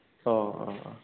औ औ औ